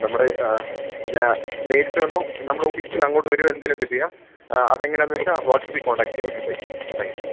നമ്മുടെ ഞാന് നേരിട്ട് വന്നോ നമ്മുടെ ഓഫീസില്നിന്ന് അങ്ങോട്ട് വരികയോ എന്തേലുമൊക്കെ ചെയ്യാം ആ അതെങ്ങനെയാണെന്നുവച്ചാല് വാട്സാപ്പില് കോൺടാക്ടെയ്യാം ഓക്കെ ബൈ താങ്ക്യൂ